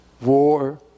war